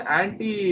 anti